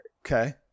Okay